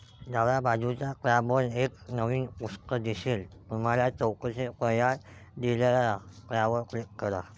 डाव्या बाजूच्या टॅबवर एक नवीन पृष्ठ दिसेल तुम्हाला चौकशी पर्याय दिसेल त्यावर क्लिक करा